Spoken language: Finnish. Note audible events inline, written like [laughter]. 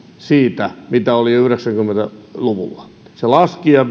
siitä mitä se oli yhdeksänkymmentä luvulla se laski ja [unintelligible]